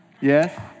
Yes